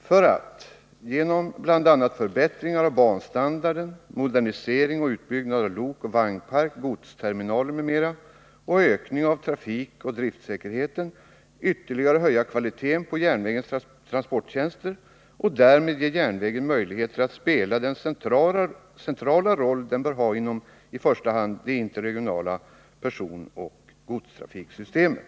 ”för att, genom bl.a. förbättringar av banstandarden, modernisering och utbyggnad av lokoch vagnpark, godsterminaler m.m. och ökning av trafikoch driftsäkerheten, ytterligare höja kvaliteten på järnvägens transporttjänster och därmed ge järnvägen möjligheter att spela den centrala roll den bör ha inom i första hand det interregionala personoch godstrafiksystemet.